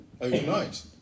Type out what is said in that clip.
overnight